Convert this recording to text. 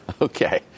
Okay